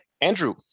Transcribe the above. andrew